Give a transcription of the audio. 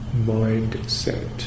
mindset